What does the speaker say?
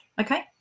okay